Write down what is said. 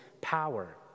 power